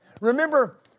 Remember